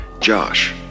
Josh